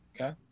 Okay